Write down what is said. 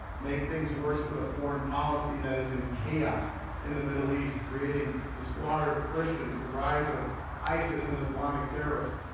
make things worse with a foreign policy that is in chaos in the middle east, creating the slaughter of christians, the rise of isis and islamic terrorists,